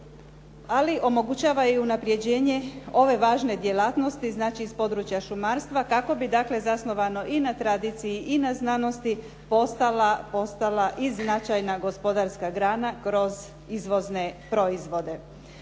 Ali omogućava i unapređenje ove važne djelatnosti znači iz područja šumarstva kako bi dakle zasnovano i na tradiciji i na znanosti postala i značajna gospodarska grana kroz izvozne proizvode.